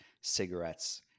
cigarettes